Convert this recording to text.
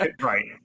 Right